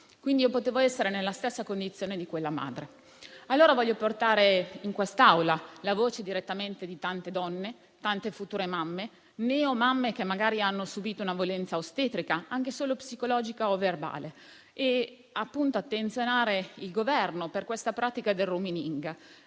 Quindi, io potevo essere nella stessa condizione di quella madre. Voglio portare in quest'Aula, perciò, la voce di tante donne, tante future mamme e neo mamme che magari hanno subìto una violenza ostetrica, anche solo psicologica o verbale, e attenzionare il Governo. La pratica del *rooming